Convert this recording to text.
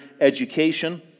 education